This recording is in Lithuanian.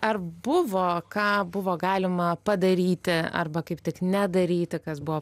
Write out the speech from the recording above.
ar buvo ką buvo galima padaryti arba kaip tik nedaryti kas buvo